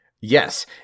Yes